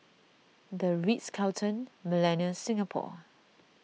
the Ritz Carlton Millenia Singapore